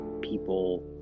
people